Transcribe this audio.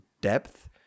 depth